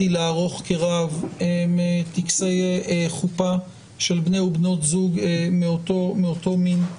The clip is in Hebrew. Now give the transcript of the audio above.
לערוך כרב הם טקסי חופה של בני ובנות זוג מאותו מין.